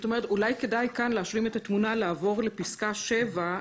אולי כדאי כאן להשלים את התמונה ולעבור לפסקה 7,